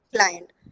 client